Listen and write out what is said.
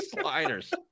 sliders